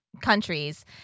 countries